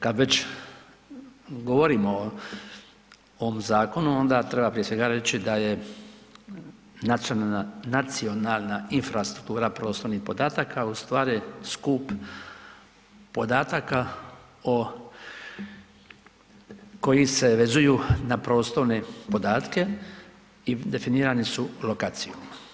Kad već govorimo o ovom zakonu, onda treba prije svega reći da je nacionalna infrastruktura prostornih podataka ustvari skup podataka o, koji se vezuju na prostorne podatke i definirani su lokaciju.